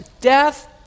death